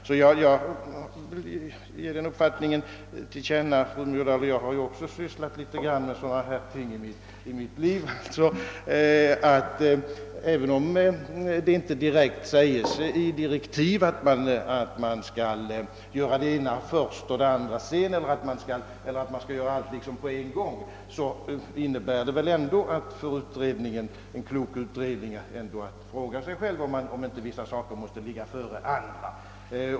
Jag har ju också, fru Myrdal, ägnat mig en del åt frågor som dessa under mitt liv och jag vill ge till känna följande uppfattning. Även om det inte i direktiven direkt anges att vissa frågor skall behandlas före andra eller att allt skall behandlas på en gång, måste väl en klok utredning ställa sig frågan om inte vissa spörsmål måste tas upp före andra.